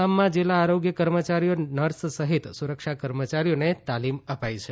આસામના જિલ્લા આરોગ્ય કર્મચારીઓ નર્સ સહિત સુરક્ષા કર્મચારીઓને તાલીમ અપાઈ છે